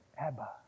Abba